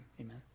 Amen